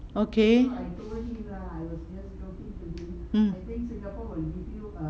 okay mm